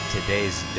Today's